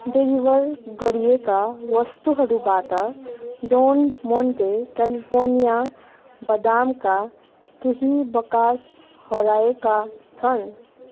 deliver गरिएका वस्तुहरूबाट Don Monte California बदामका केही बकास हराएका छन्